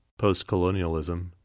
Postcolonialism